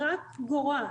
היא רק גורעת.